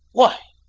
why,